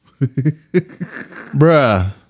bruh